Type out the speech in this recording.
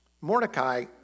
Mordecai